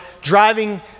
driving